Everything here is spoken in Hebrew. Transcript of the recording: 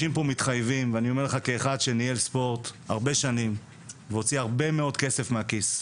אני אומר לך כאחד שניהל ספורט הרבה שנים והוציא הרבה מאוד כסף מהכיס,